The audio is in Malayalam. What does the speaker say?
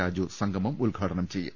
രാജു സംഗമം ഉദ്ഘാടനം ചെയ്യും